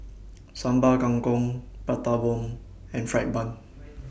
Sambal Kangkong Prata Bomb and Fried Bun